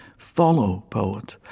follow, poet,